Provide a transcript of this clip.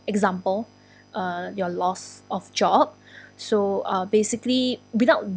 example uh your loss of job so uh basically without